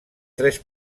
tres